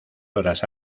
horas